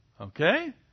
okay